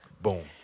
Boom